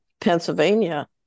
Pennsylvania